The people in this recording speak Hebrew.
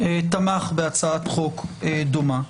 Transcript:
תמך בהצעת חוק דומה.